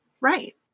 right